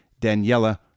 Daniela